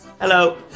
Hello